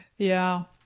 yeah,